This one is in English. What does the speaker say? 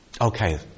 Okay